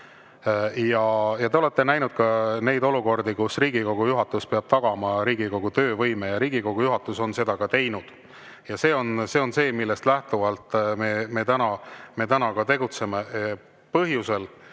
Te olete näinud ka neid olukordi, kus Riigikogu juhatus peab tagama Riigikogu töövõime. Riigikogu juhatus on seda ka teinud. See on see, millest lähtuvalt me täna tegutseme.